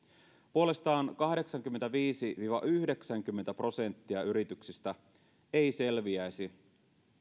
puolestaan kahdeksankymmentäviisi viiva yhdeksänkymmentä prosenttia yrityksistä ei selviäisi